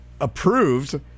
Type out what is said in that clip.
approved